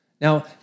Now